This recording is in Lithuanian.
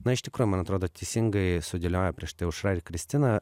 na iš tikro man atrodo teisingai sudėliojo prieš tai aušra ir kristina